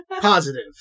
Positive